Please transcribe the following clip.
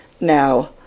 Now